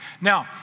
Now